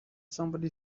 somebody